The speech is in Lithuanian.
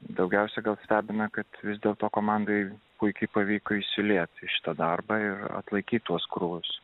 daugiausiai stebina kad vis dėlto komandai puikiai pavyko įsilieti į šitą darbą ir atlaikyti tuos krūvius